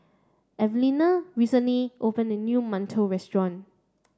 Evelena recently opened a new Mantou restaurant